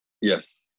Yes